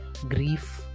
grief